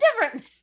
different